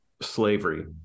slavery